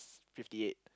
fifty eight